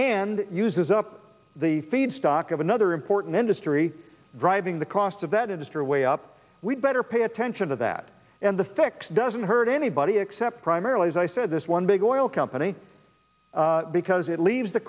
and uses up the feedstock of another important industry driving the cost of that industry way up we better pay attention to that and the fix doesn't hurt anybody except primarily as i said this one big oil company because it leaves the